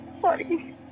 Sorry